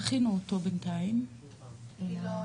פנים, בבקשה.